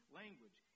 language